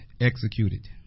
executed